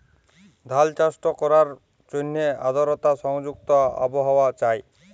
ধাল চাষট ক্যরার জ্যনহে আদরতা সংযুক্ত আবহাওয়া চাই